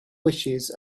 wishes